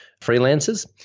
freelancers